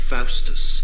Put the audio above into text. Faustus